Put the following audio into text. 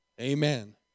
Amen